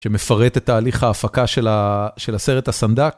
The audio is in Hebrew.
שמפרט את תהליך ההפקה של הסרט הסנדק.